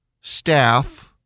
staff